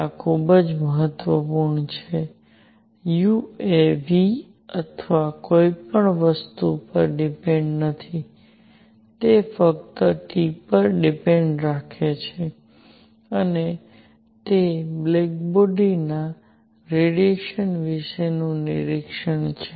આ ખૂબ જ મહત્વપૂર્ણ છે U એ V અથવા કોઈ પણ વસ્તુ પર ડિપેન્ડ નથી તે ફક્ત T પર ડિપેન્ડ રાખે છે અને તે બ્લેક બોડીના રેડિયેશન વિશેનું નિરીક્ષણ છે